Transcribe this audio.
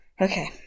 Okay